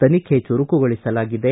ತನಿಖೆ ಚುರುಕುಗೊಳಸಲಾಗಿದೆ